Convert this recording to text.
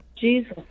Jesus